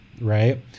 right